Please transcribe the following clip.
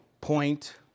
point